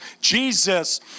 Jesus